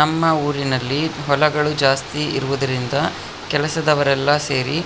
ನಮ್ಮ ಊರಿನಲ್ಲಿ ಹೊಲಗಳು ಜಾಸ್ತಿ ಇರುವುದರಿಂದ ಕೆಲಸದವರೆಲ್ಲ ಸೆರಿ